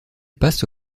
passe